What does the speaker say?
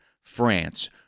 France